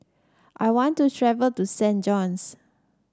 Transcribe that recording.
I want to travel to Saint John's